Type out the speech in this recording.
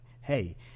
hey